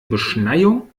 beschneiung